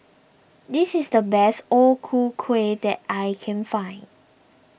this is the best O Ku Kueh that I can find